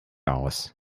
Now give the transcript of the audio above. aus